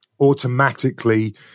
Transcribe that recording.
automatically